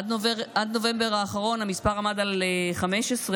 עד נובמבר האחרון המספר עמד על 15,